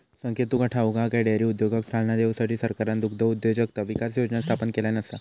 संकेत तुका ठाऊक हा काय, डेअरी उद्योगाक चालना देऊसाठी सरकारना दुग्धउद्योजकता विकास योजना स्थापन केल्यान आसा